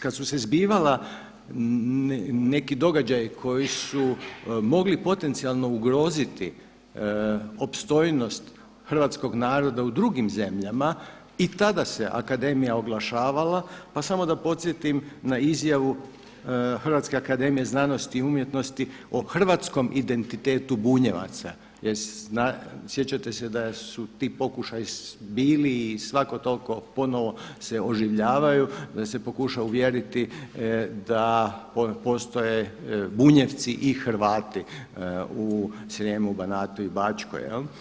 Kad su se zbivala neki događaju koji su mogli potencijalno ugroziti opstojnost hrvatskog naroda u drugim zemljama i tada se akademija oglašavala, pa samo da podsjetim na izjavu Hrvatske akademije znanosti i umjetnosti o hrvatskom identitetu Bunjevaca jer sjećate se da su ti pokušaju bili i svako toliko ponovno se oživljavaju da se pokuša uvjeriti da postoje Bunjevci i Hrvati u Srijemu, Banatu i Bačkoj.